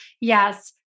yes